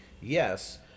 yes